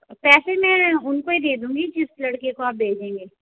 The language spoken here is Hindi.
पैसे मैं उनको ही दे दूँगी जिस लड़के को आप भेजेंगे